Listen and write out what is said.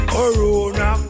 Corona